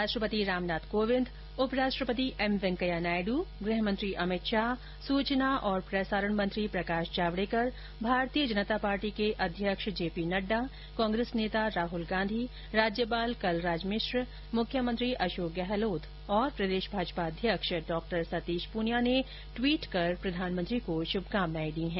राष्ट्रपति रामनाथ कोविंद उप राष्ट्रपति एम वैंकेया नायडू गृहमंत्री अमित शाह सूचना और प्रसारण मंत्री प्रकाश जावड़ेकर भारतीय जनता पार्टी के अध्यक्ष जेपी नड्डा कांग्रेस नेता राहुल गांधी राज्यपाल कलराज मिश्र मुख्यमंत्री अशोक गहलोत और प्रदेश भाजपा अध्यक्ष सतीश प्रनियां ने टवीट कर प्रधानमंत्री को शुभकामनाएं दी है